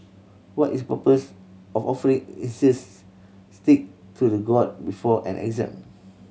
what is purpose of offering incense stick to the god before an exam